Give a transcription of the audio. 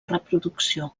reproducció